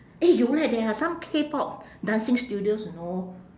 eh you like there are some K-pop dancing studios you know